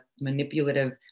manipulative